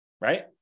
Right